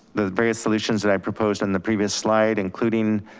the various solutions that i proposed on the previous slide, including